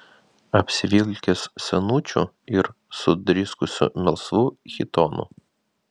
apsivilkęs senučiu ir sudriskusiu melsvu chitonu